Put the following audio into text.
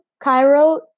Cairo